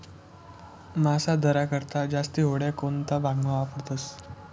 मासा धरा करता जास्ती होड्या कोणता भागमा वापरतस